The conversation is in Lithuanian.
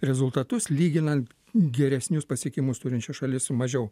rezultatus lyginant geresnius pasiekimus turinčias šalis su mažiau